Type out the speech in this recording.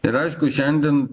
ir aišku šiandien